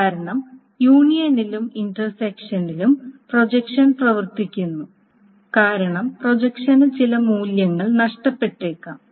കാരണം യൂണിയനിലും ഇൻറ്റർസെക്ഷനിലും പ്രൊജക്ഷൻ പ്രവർത്തിക്കുന്നു കാരണം പ്രൊജക്ഷന് ചില മൂല്യങ്ങൾ നഷ്ടപ്പെട്ടേക്കാം